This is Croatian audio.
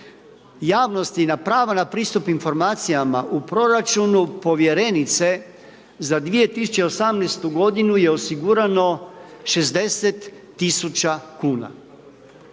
javnosti na pravo na pristup informacijama u proračunu, povjerenice, za 2018.g . je osigurano 60 tisuća kn.